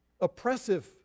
oppressive